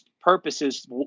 purposes